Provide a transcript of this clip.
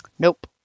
Nope